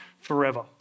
forever